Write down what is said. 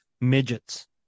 midgets